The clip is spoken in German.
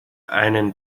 einem